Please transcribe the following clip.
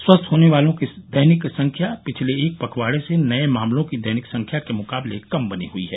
स्वस्थ होने वालों की दैनिक संख्या पिछले एक पखवाड़े से नए मामलों की दैनिक संख्या के मुकाबले कम बनी हुई है